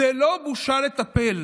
זו לא בושה לטפל,